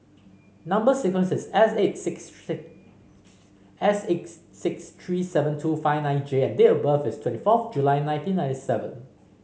number sequence is S eight six S eight six three seven two five nine J and date of birth is twenty fourth July nineteen ninety seven